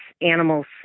animals